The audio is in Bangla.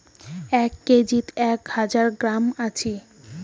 এক কেজিত এক হাজার গ্রাম আছি